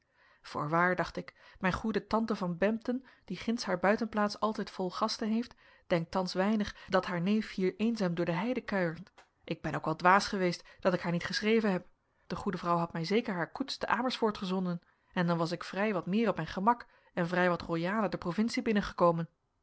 voorwaar dacht ik mijn goede tante van bempden die ginds haar buitenplaats altijd vol gasten heeft denkt thans weinig dat haar neef hier eenzaam door de heide kuiert ik ben ook wel dwaas geweest dat ik haar niet geschreven heb de goede vrouw had mij zeker haar koets te amersfoort gezonden en dan was ik vrij wat meer op mijn gemak en vrij wat royaler de provincie binnengekomen